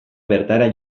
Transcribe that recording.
bertara